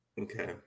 Okay